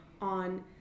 on